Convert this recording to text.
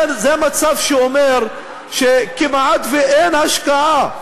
זה מצב שאומר שכמעט שאין השקעה,